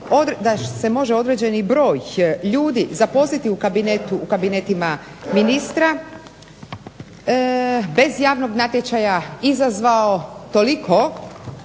da se može određeni broj ljudi zaposliti u kabinetima ministra bez javnog natječaja izazvao toliko